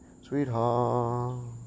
sweetheart